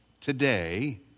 today